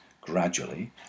gradually